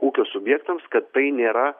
ūkio subjektams kad tai nėra